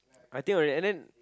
I tell you and then